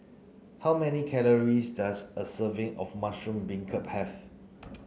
how many calories does a serving of mushroom beancurd have